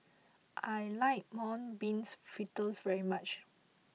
I like Mung Bean Fritters very much